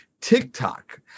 TikTok